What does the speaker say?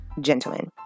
Gentlemen